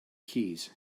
keys